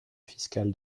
fiscal